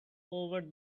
over